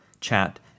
chat